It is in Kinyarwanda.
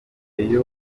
yemereye